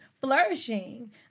flourishing